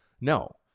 no